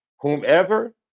whomever